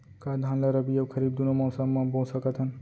का धान ला रबि अऊ खरीफ दूनो मौसम मा बो सकत हन?